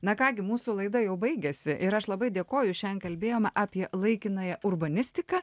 na ką gi mūsų laida jau baigiasi ir aš labai dėkoju šiandien kalbėjome apie laikinąją urbanistiką